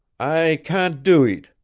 i can' do eet,